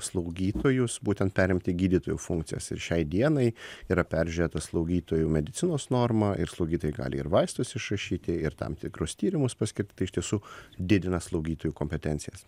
slaugytojus būtent perimti gydytojo funkcijas ir šiai dienai yra peržiūrėtos slaugytojų medicinos normą ir slaugytojai gali ir vaistus išrašyti ir tam tikrus tyrimus paskibt tai iš tiesų didina slaugytojų kompetencijas